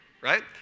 right